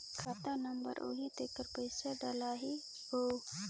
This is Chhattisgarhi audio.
खाता नंबर आही तेकर पइसा डलहीओ?